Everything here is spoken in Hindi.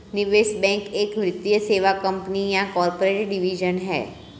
निवेश बैंक एक वित्तीय सेवा कंपनी या कॉर्पोरेट डिवीजन है